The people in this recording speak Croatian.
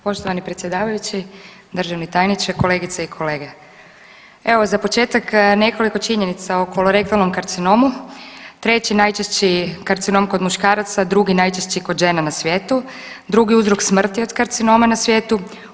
Poštovani predsjedavajući, državni tajniče, kolegice i kolege evo za početak nekoliko činjenica o kolorektalnom karcinomu, treći najčešći karcinom kod muškaraca, drugi najčešći kod žena na svijetu, drugi uzrok smrti od karcinoma na svijetu.